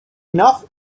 enough